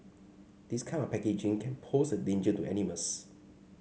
this kind of packaging can pose a danger to animals